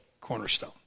cornerstone